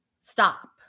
Stop